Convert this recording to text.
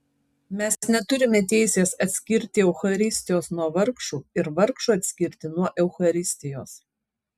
mes neturime teisės atskirti eucharistijos nuo vargšų ir vargšų atskirti nuo eucharistijos